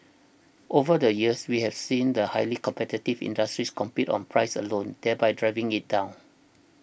over the years we have seen the highly competitive industries compete on price alone there by driving it down